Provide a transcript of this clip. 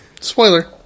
Spoiler